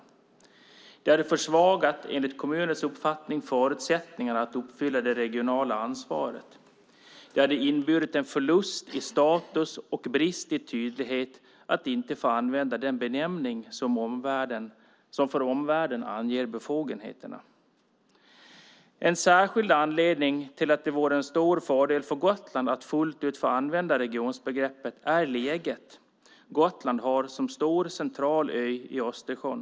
Detta hade försvagat, enligt kommunens uppfattning, förutsättningarna att uppfylla det regionala ansvaret. Det hade inneburit en förlust i status och brist i tydlighet att inte få använda den benämning som för omvärlden anger befogenheterna. En särskild anledning till att det vore en stor fördel för Gotland att fullt ut få använda regionbegreppet är läget som Gotland har som stor central ö i Östersjön.